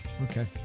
Okay